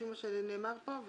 לפי מה שנאמר פה,